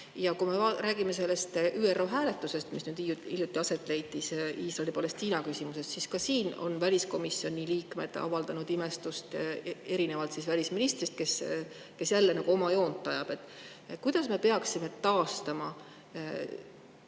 Kui me räägime sellest ÜRO hääletusest, mis hiljuti leidis aset Iisraeli ja Palestiina küsimuses, siis ka siin on väliskomisjoni liikmed avaldanud imestust, erinevalt välisministrist, kes jälle nagu oma joont ajab. Kuidas me peaksime taastama